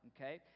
okay